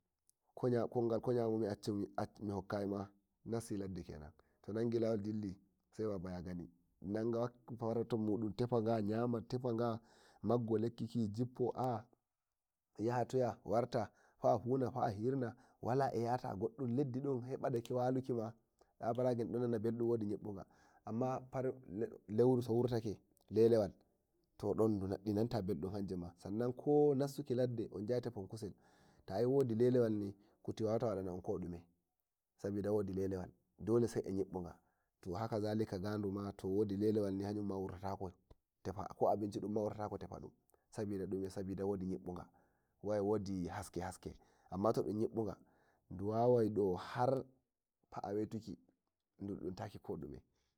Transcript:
koyamumi mihokkayima minassi ladde kenan to nangi lawo dilli nanga wakki farauta mun tefa ga yama tefa ga yama tefa ga mago leki jippo a ayahata warta fa'a funa fa'a hirna wala eh yata godun ledi do sai badake walukima tsabarage don nana beldum wodi yibbuga, amma to lelewal wurtake to don di nanta beldum hanjima ganko nassiru ladde unyahai tefoyon kusel tayi wodi lelewal ni kuti wawata tadana'on kodume abode wodi lelewal dole ai a yibbuga to haka zalika gadu ma to wodi lelewal ni hayun ma wurtaa tako tefa sabida wodi haske haske amma to dun yibbuga du wawai du har fa'a wetuki da dun dantaki koɗume.